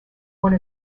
one